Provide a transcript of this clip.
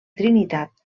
trinitat